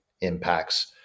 impacts